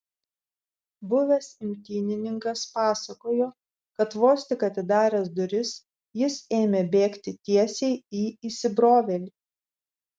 buvęs imtynininkas pasakojo kad vos tik atidaręs duris jis ėmė bėgti tiesiai į įsibrovėlį